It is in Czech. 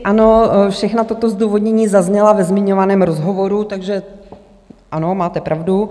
Ano, všechna toto zdůvodnění zazněla ve zmiňovaném rozhovoru, takže ano, máte pravdu.